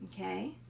Okay